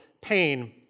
pain